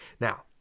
Now